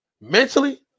Mentally